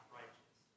righteous